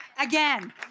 again